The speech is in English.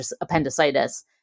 appendicitis